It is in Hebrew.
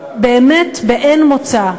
באמת, באין מוצא.